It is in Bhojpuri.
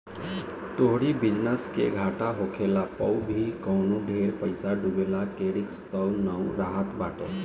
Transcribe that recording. तोहरी बिजनेस के घाटा होखला पअ भी कवनो ढेर पईसा डूबला के रिस्क तअ नाइ रहत बाटे